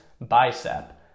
bicep